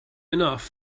enough